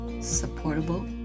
supportable